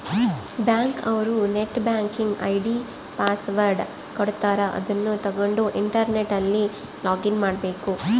bank ಅವ್ರು net banking ID password ಕೊಡ್ತಾರ ಅದುನ್ನ ತಗೊಂಡ್ ಇಂಟರ್ನೆಟ್ ಅಲ್ಲಿ ಲೊಗಿನ್ ಮಾಡ್ಕಬೇಕು